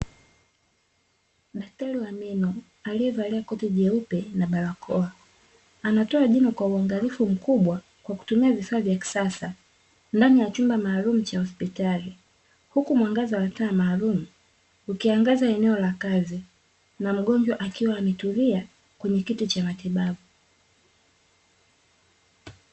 Daktari wa meno aliyevalia koti jeupe na barakoa, anatoa jino kwa uangalifu mkubwa kwa kutumia vifaa vya kisasa ndani ya chumba maalumu cha hospitali, huku mwangaza wa taa maalumu ukiangaza eneo la kazi na mgonjwa akiwa ametulia kwenye kiti cha matibabu.